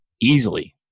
easily